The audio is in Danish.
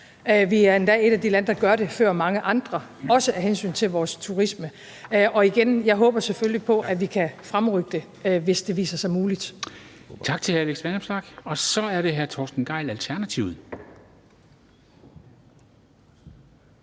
Vi er endda et af de lande, der gør det før mange andre, også af hensyn til vores turisme. Og igen: Jeg håber selvfølgelig på, at vi kan fremrykke det, hvis det viser sig muligt. Kl. 14:12 Formanden (Henrik Dam Kristensen): Tak til